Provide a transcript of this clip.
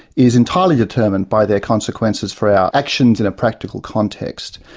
is entirely determined by their consequences for our actions in a practical context.